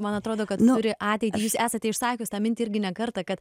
man atrodo kad turi ateitį jūs esate išsakius tą mintį irgi ne kartą kad